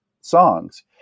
songs